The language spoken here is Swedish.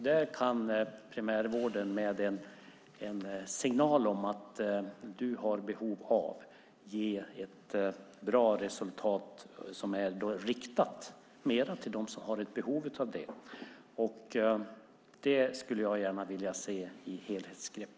Där kan primärvården, med en signal om att man har behov av detta, ge ett bra resultat som är riktat mer till dem som har ett behov av detta. Det skulle jag gärna vilja se ingå i ett helhetsgrepp.